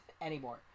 anymore